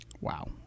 wow